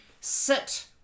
sit